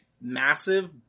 massive